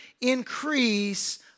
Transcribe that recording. increase